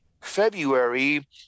February